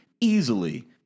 easily